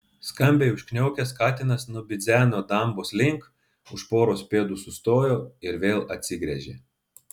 skambiai užkniaukęs katinas nubidzeno dambos link už poros pėdų sustojo ir vėl atsigręžė